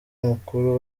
mukuru